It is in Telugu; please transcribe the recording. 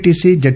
TC Z